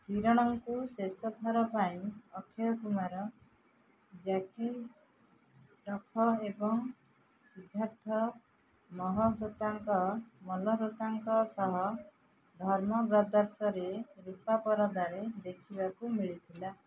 କିରଣଙ୍କୁ ଶେଷ ଥର ପାଇଁ ଅକ୍ଷୟ କୁମାର ଜ୍ୟାକି ଶ୍ରଫ ଏବଂ ସିଦ୍ଧାର୍ଥ ମାଲହୋତ୍ରାଙ୍କ ମାଲହୋତ୍ରାଙ୍କ ସହ ଧର୍ମବ୍ରଦର୍ସରେ ରୂପା ପରଦାରେ ଦେଖିବାକୁ ମିଳିଥିଲା